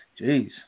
Jeez